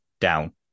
down